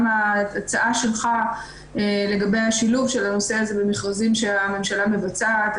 גם ההצעה שלך לגבי השילוב של הנושא הזה במכרזים שהממשלה מבצעת,